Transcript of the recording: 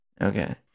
okay